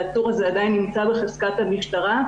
הטור הזה עדיין נמצא בחזקת המשטרה,